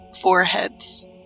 foreheads